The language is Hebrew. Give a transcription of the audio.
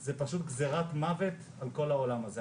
זה פשוט גזרת מוות על כל העולם הזה.